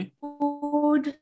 food